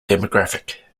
demographic